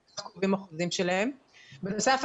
בנוסף,